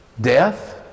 Death